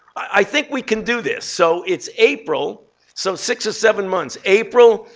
i think we can do this. so it's april so six or seven months april,